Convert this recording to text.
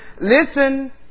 Listen